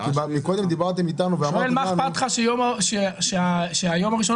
הוא שואל מה אכפת לך שהיום הראשון